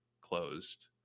closed